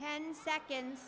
ten seconds